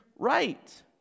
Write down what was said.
right